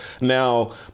now